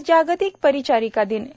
आज जागतिक परिचारिका दिन आहे